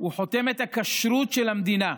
הוא חותמת הכשרות של המדינה,